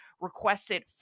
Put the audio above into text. requested